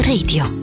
Radio